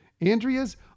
Andrea's